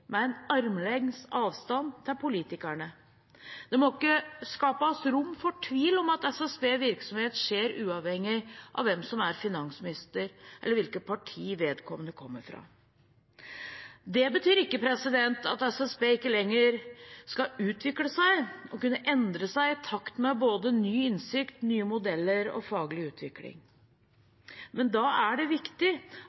med en armlengdes avstand til politikerne. Det må ikke skapes rom for tvil om at SSBs virksomhet er uavhengig av hvem som er finansminister, eller hvilket parti vedkommende kommer fra. Det betyr ikke at SSB ikke lenger skal utvikle seg og kunne endre seg i takt med både ny innsikt, nye modeller og faglig utvikling.